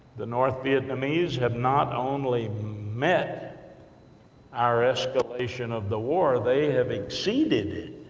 the north vietnamese have not only met our escalation of the war, they have exceeded